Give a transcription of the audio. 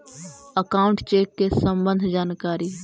Account check के सम्बन्ध जानकारी?